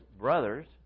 brothers